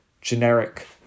generic